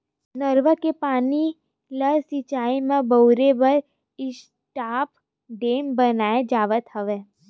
नरूवा के पानी ल सिचई म बउरे बर स्टॉप डेम बनाए जावत हवय